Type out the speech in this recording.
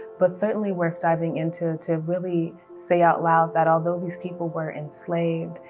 but certainly worth diving into to really say out loud that although these people were enslaved,